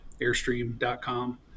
airstream.com